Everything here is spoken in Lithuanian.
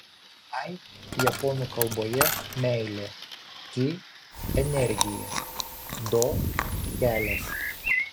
ai japonų kalboje meilė ki energija do kelias